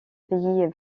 pays